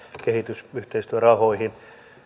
kehitysyhteistyörahoihin